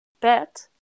bet